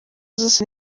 zose